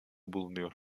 bulunuyor